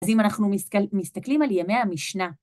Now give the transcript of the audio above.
אז אם אנחנו מסתכלים על ימי המשנה...